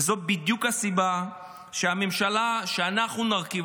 וזו בדיוק הסיבה שהממשלה שאנחנו נרכיב,